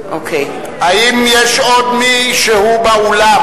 האם יש עוד מישהו באולם,